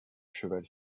cheval